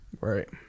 right